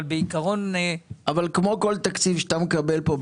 אבל בעיקרון --- אבל כמו כל תקציב שאתה מקבל פה,